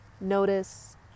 Notice